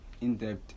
in-depth